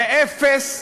ואפס,